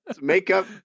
makeup